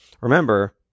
Remember